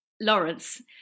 Lawrence